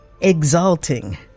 exalting